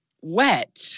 wet